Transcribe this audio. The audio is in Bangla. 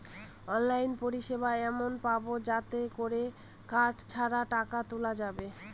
অনলাইন পরিষেবা এমন পাবো যাতে করে কার্ড ছাড়া টাকা তোলা যাবে